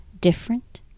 different